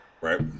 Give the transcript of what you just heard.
Right